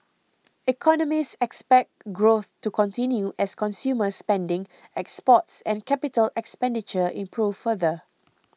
economists expect growth to continue as consumer spending exports and capital expenditure improve further